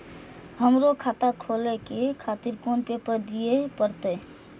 हमरो खाता खोले के खातिर कोन पेपर दीये परतें?